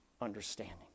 understanding